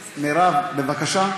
מירב, בבקשה.